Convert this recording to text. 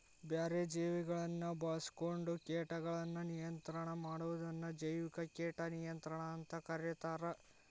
ಬ್ಯಾರೆ ಜೇವಿಗಳನ್ನ ಬಾಳ್ಸ್ಕೊಂಡು ಕೇಟಗಳನ್ನ ನಿಯಂತ್ರಣ ಮಾಡೋದನ್ನ ಜೈವಿಕ ಕೇಟ ನಿಯಂತ್ರಣ ಅಂತ ಕರೇತಾರ